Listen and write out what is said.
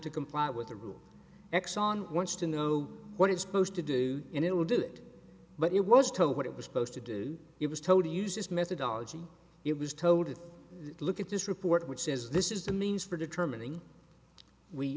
to comply with the rules exon wants to know what it's supposed to do and it will do it but it was told what it was supposed to do it was told to use its methodology it was told to look at this report which says this is a means for determining we